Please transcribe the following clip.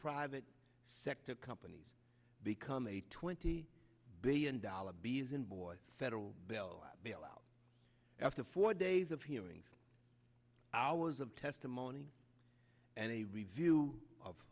private sector companies become a twenty billion dollars b as in boy federal bailout bailout after four days of hearings hours of testimony and a review of